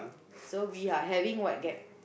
so we are having what gap